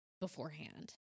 beforehand